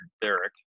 Derek